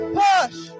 push